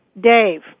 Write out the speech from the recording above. Dave